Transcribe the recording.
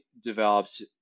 developed